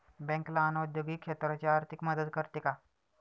Bank लहान औद्योगिक क्षेत्राची आर्थिक मदत करते का?